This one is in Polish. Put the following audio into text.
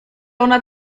ona